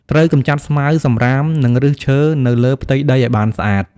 ត្រូវកម្ចាត់ស្មៅ សំរាម និងឫសឈើនៅលើផ្ទៃដីឱ្យបានស្អាត។